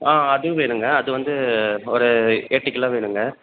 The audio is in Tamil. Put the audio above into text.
ஆ அது வேணுங்க அது வந்து ஒரு எட்டு கிலோ வேணுங்க